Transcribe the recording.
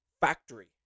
factory